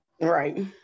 Right